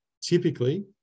typically